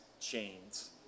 chains